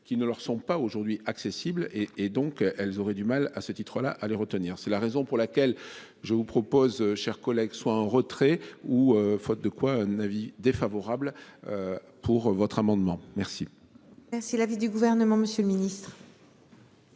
qui ne leur sont pas aujourd'hui accessibles et et donc elles auraient du mal à ce titre-là à les retenir. C'est la raison pour laquelle je vous propose, chers collègues, soit un retrait ou faute de quoi un avis défavorable. Pour votre amendement. Merci. Merci l'avis du gouvernement, monsieur le ministre.